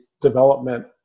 development